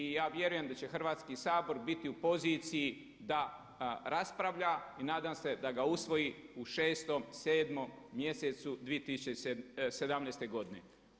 I ja vjerujem da će Hrvatski sabor biti u poziciji da raspravlja i nadam se da ga usvoji u 6., 7. mjesecu 2017. godine.